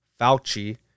Fauci